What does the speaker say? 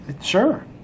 sure